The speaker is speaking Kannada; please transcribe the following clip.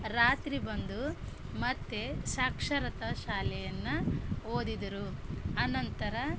ರಾತ್ರಿ ಬಂದು ಮತ್ತೆ ಸಾಕ್ಷರತಾ ಶಾಲೆಯನ್ನು ಓದಿದರು ಆನಂತರ